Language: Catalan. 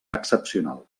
excepcional